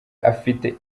afite